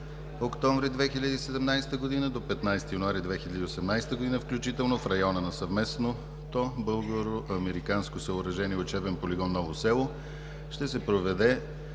октомври 2017 г. до 15 януари 2018 г. включително в района на съвместното българо-американско съоръжение Учебен полигон „Ново село“ ще се проведе